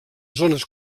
zones